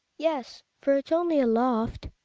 yes, for it's only a loft.